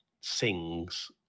sings